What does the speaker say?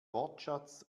wortschatz